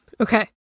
Okay